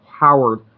Howard